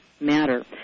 matter